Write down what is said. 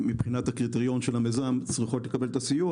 שמבחינת הקריטריון של המיזם צריכות לקבל את הסיוע.